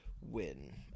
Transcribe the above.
win